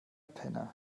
penner